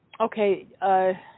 okay